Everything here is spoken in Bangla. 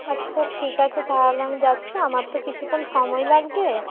আচ্ছা ঠিক আছে তাহলে আমি যাচ্ছি আমার তো কিছুক্ষণ সময় লাগবে